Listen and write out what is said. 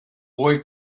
boy